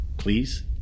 Please